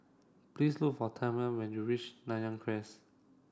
please look for Tamela when you reach Nanyang Cres